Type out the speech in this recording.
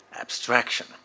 abstraction